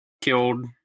killed